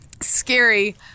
scary